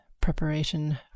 preparation